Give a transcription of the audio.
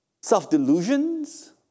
self-delusions